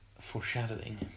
foreshadowing